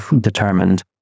determined